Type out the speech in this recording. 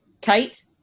Kate